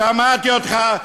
שמעתי אותך.